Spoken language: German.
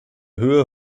höhe